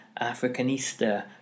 Africanista